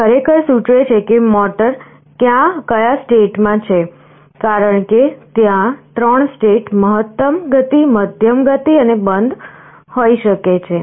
તે ખરેખર સૂચવે છે કે મોટર કયા સ્ટેટ માં છે કારણ કે ત્યાં 3 સ્ટેટ મહત્તમ ગતિ મધ્યમ ગતિ અને બંધ હોઈ શકે છે